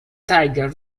tigre